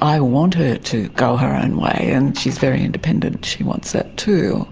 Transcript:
i want her to go her own way and she is very independent and she wants that too,